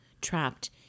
trapped